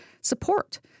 support